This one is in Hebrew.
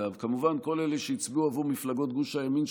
כמובן בכל אלה שהצביעו עבור מפלגות גוש הימין,